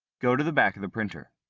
go to the back of the printer.